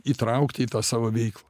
įtraukti į tą savo veiklą